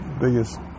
biggest